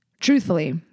truthfully